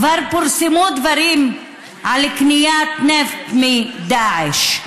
כבר פורסמו דברים על קניית נפט מדאעש.